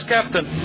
Captain